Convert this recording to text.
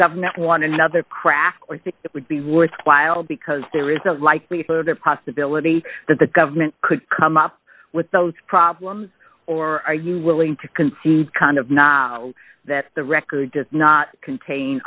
government want another crack or stick that would be worthwhile because there is a likelihood there possibility that the government could come up with those problems or are you willing to concede kind of not that the record does not contain